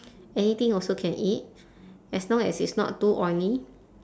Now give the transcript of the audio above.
anything also can eat as long as it's not too oily